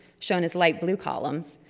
shown as light blue columns,